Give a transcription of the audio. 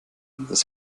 dass